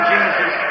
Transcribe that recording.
Jesus